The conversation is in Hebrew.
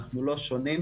אנחנו לא שונים.